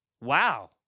Wow